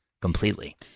completely